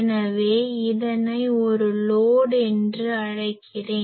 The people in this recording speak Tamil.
எனவே இதனை ஒரு லோட் என்று அழைக்கிறேன்